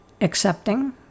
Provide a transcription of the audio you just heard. accepting